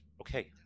Okay